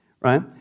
right